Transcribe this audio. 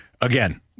Again